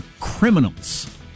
criminals